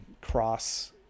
cross